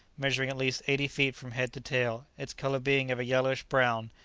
measuring at least eighty feet from head to tail, its colour being of a yellowish-brown,